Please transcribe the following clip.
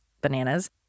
bananas